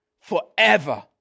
forever